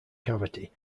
cavity